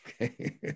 Okay